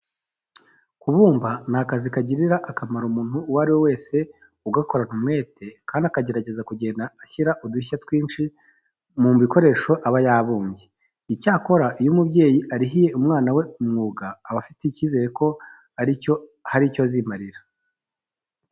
Kubumba ni akazi kagirira akamaro umuntu uwo ari we wese ugakorana umwete kandi akagerageza kugenda ashyira udushya twinshi mu bikoresho aba yabumbye. Icyakora iyo umubyeyi arihiye umwana we uyu mwuga, aba afite icyizere ko hari icyo azimarira.